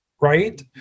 Right